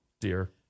dear